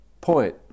point